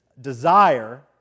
desire